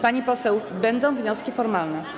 Pani poseł, będą wnioski formalne.